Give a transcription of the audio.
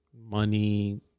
money